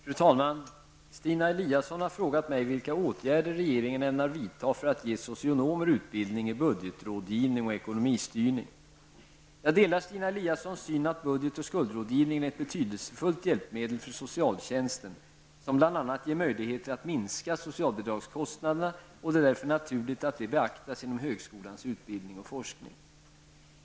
Fru talman! Stina Eliasson har frågat mig vilka åtgärder regeringen ämnar vidta för att ge socionomer utbildning i budgetrådgivning och ekonomistyrning. Jag delar Stina Eliassons syn att budget och skuldrådgivningen är ett betydelsefullt hjälpmedel för socialtjänsten, som bl.a. ger möjligheter att minska socialbidragskostnaderna, och det är därför naturligt att detta beaktas inom högskolans utbildning och forskning.